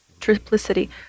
triplicity